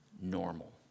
normal